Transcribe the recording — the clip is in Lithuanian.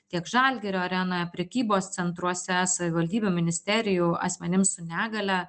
tiek žalgirio arenoje prekybos centruose savivaldybių ministerijų asmenims su negalia